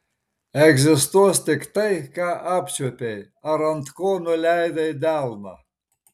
egzistuos tik tai ką apčiuopei ar ant ko nuleidai delną